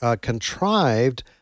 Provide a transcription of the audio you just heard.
contrived